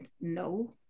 no